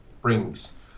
brings